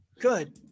Good